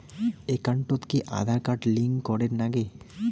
একাউন্টত কি Aadhaar card link করের নাগে?